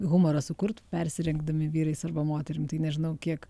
humorą sukurt persirengdami vyrais arba moterim tai nežinau kiek